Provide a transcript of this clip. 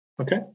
Okay